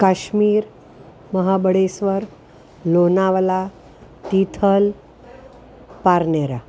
Kashmir Mahabaleshwar Lonavala Tithal Parnera